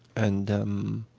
and then,